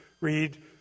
read